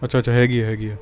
ਅੱਛਾ ਅੱਛਾ ਹੈਗੀ ਹੈ ਹੈਗੀ ਹੈ